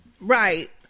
Right